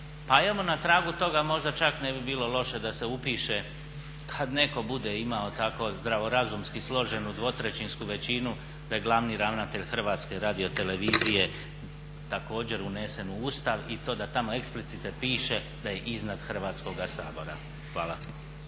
pa evo na tragu toga možda čak ne bi bilo loše da se upiše kada netko bude imao tako zdravorazumski složenu dvotrećinsku većinu da je glavni ravnatelj HRT-a također unesen u Ustav i to da tamo eksplicite piše da je iznad Hrvatskoga sabora. Hvala.